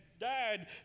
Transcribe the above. died